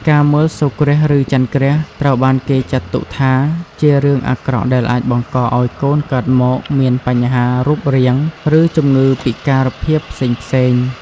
ការមើលសូរគ្រាស ឬចន្ទគ្រាស ត្រូវបានគេចាត់ទុកថា ជារឿងអាក្រក់ដែលអាចបង្កឲ្យកូនកើតមកមានបញ្ហារូបរាង ឬជំងឺពិការភាពផ្សេងៗ ។